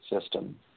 system